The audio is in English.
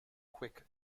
quick